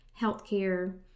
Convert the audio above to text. healthcare